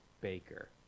Baker